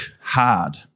hard